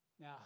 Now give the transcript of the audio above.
Now